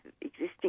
existing